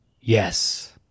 Yes